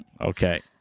Okay